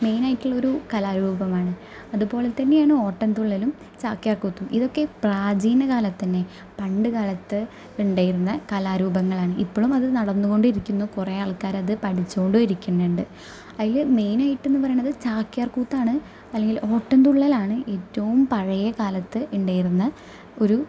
മെയിനായിട്ടുള്ള ഒരു കലാരൂപമാണ് അതുപോലെ തന്നെയാണ് ഓട്ടന്തുള്ളലും ചാക്യാര്കൂത്തും ഇതൊക്കെ പ്രാചീനകാലത്തന്നെ പണ്ടുകാലത്ത് ഇണ്ടായിരുന്ന കലാരൂപങ്ങളാണ് ഇപ്പോളും അത് നടന്നുകൊണ്ടിരിക്കുന്നു കൊറേയാള്ക്കാര് അത് പഠിച്ചോണ്ടും ഇരിക്കുന്നുണ്ട് അയില് മെയിനായിട്ടുന്നു പറയണത് ചാക്യാര്കൂത്താണ് അല്ലെങ്കില് ഓട്ടന്തുള്ളലാണ് ഏറ്റവും പഴേകാലത്ത് ഇണ്ടേയിരുന്ന ഒരു